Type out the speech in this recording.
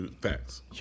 Facts